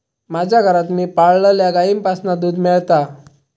माज्या घरात मी पाळलल्या गाईंपासना दूध मेळता